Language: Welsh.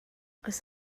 oes